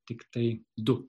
tiktai du